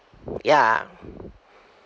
ya